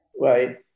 right